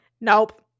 Nope